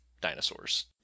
dinosaurs